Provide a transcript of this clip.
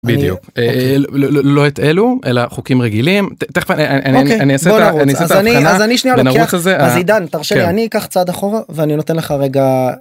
בדיוק. לא את אלו אלא חוקים רגילים.תיכף אני אעשה את ההבחנה ונרוץ על זה. אז עידן, תרשה לי, אני אקח צעד אחורה